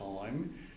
time